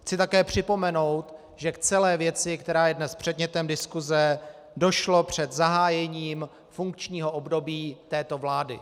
Chci také připomenout, že k celé věci, která je dnes předmětem diskuse, došlo před zahájením funkčního období této vlády.